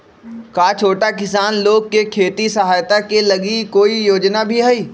का छोटा किसान लोग के खेती सहायता के लगी कोई योजना भी हई?